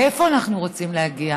לאיפה אנחנו רוצים להגיע